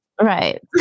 Right